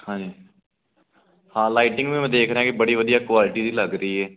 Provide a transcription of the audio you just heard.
ਹਾਂਜੀ ਹਾਂ ਲਾਈਟਿੰਗ ਵੀ ਮੈਂ ਦੇਖ ਰਿਹਾ ਕਿ ਬੜੀ ਵਧੀਆ ਕੁਆਲਿਟੀ ਦੀ ਲੱਗ ਰਹੀ ਹੈ